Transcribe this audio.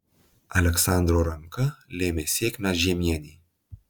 aleksandro ranka lėmė sėkmę žiemienei